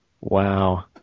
Wow